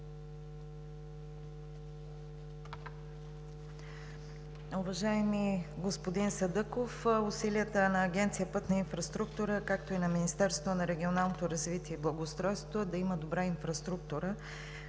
Уважаеми господин Садъков, усилията на Агенция „Пътна инфраструктура“, както и на Министерството на регионалното развитие и благоустройство е да има добра инфраструктура,